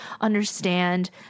understand